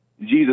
Jesus